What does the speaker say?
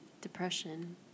depression